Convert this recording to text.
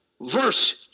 Verse